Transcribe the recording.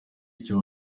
icyo